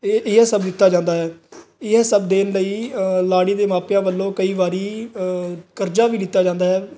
ਇਹ ਇਹ ਸਭ ਦਿੱਤਾ ਜਾਂਦਾ ਹੈ ਇਹ ਸਭ ਦੇਣ ਲਈ ਲਾੜੀ ਦੇ ਮਾਪਿਆਂ ਵੱਲੋਂ ਕਈ ਵਾਰੀ ਕਰਜ਼ਾ ਵੀ ਲਿੱਤਾ ਜਾਂਦਾ ਹੈ